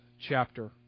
chapter